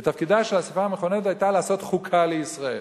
ותפקידה של האספה המכוננת לעשות חוקה לישראל.